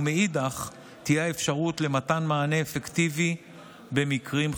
ומאידך גיסא תהיה האפשרות למתן מענה אפקטיבי במקרים חריגים.